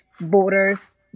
borders